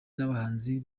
n’abahanzi